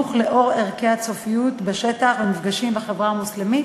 חינוך לאור ערכי הצופיות בשטח ומפגשים בחברה המוסלמית.